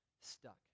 stuck